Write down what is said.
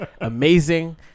amazing